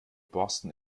borsten